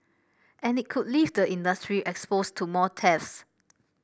and it could leave the industry exposed to more thefts